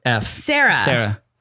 Sarah